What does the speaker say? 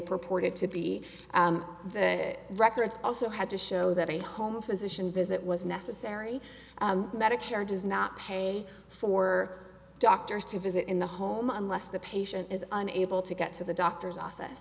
purported to be the records also had to show that a home physician visit was necessary medicare does not pay for doctors to visit in the home unless the patient is unable to get to the doctor's office